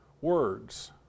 words